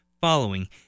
following